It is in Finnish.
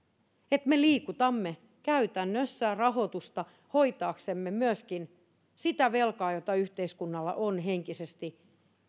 että me liikutamme käytännössä rahoitusta hoitaaksemme myöskin sitä velkaa jota yhteiskunnalla on henkisesti